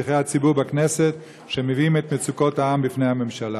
שליחי הציבור בכנסת שמביעים את מצוקות העם בפני הממשלה.